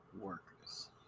workers